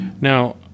Now